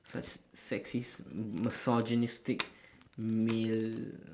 such sexist misogynistic male